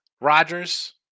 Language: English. Rodgers